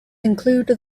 include